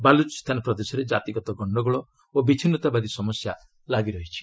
ବାଲୁଚିସ୍ତାନ ପ୍ରଦେଶରେ ଜାତିଗତ ଗକ୍ଷଗୋଳ ଓ ବିଚ୍ଛିନ୍ନତାବାଦୀ ସମସ୍ୟା ଲାଗି ରହିଛି